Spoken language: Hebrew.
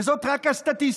וזאת רק סטטיסטיקה,